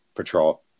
Patrol